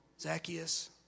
Zacchaeus